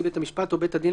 ובבתי דין